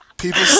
People